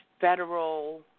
federal